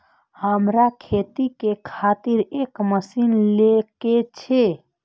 हमरा खेती के खातिर एक मशीन ले के छे?